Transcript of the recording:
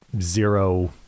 zero